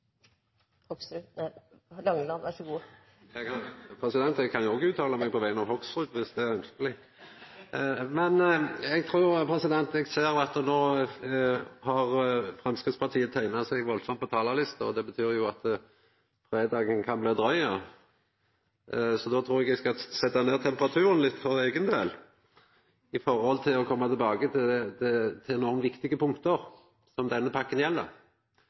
Hoksrud. Hoksrud, vær så god. Ja, eg kan jo òg ytra meg på vegner av Hoksrud, viss det er ønskeleg! Eg ser at no har Framstegspartiet teikna seg veldig på talarlista, og det betyr at fredagen kan bli dryg, så då trur eg at eg skal setja ned temperaturen litt for eigen del og koma tilbake til nokre viktige punkt som gjeld denne pakka. Det gjeld altså noko som